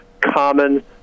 common